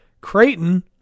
Creighton